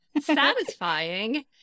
satisfying